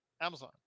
Amazon